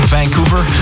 Vancouver